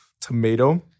Tomato